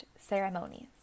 ceremonies